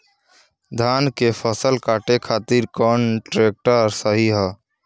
धान के फसल काटे खातिर कौन ट्रैक्टर सही ह?